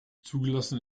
zugelassen